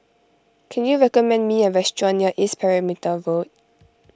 can you recommend me a restaurant near East Perimeter Road